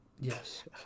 Yes